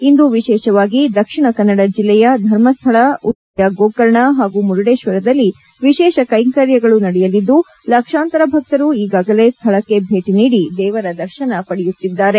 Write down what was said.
ಇಂದು ವಿಶೇಷವಾಗಿ ದಕ್ಷಿಣ ಕನ್ನದ ಜಿಲ್ಲೆಯ ಧರ್ಮಸ್ಥಳ ಉತ್ತರ ಕನ್ನದ ಜಿಲ್ಲೆಯ ಗೋಕರ್ಣ ಹಾಗೂ ಮುರುಡೇಶ್ವರದಲ್ಲಿ ವಿಶೇಷ ಕೈಂಕರ್ಯಗಳು ನಡೆಯಲಿದ್ದು ಲಕ್ಷಾಂತರ ಭಕ್ತರು ಈಗಾಗಲೇ ಸ್ಥಳಕ್ಕೆ ಬೇಟಿ ನೀಡಿ ದೇವರ ದರ್ಶನ ಪಡೆಯುತ್ತಿದ್ದಾರೆ